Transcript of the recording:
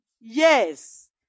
Yes